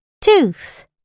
tooth